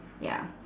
ya